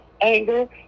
anger